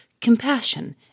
compassion